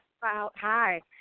Hi